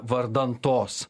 vardan tos